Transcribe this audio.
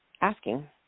asking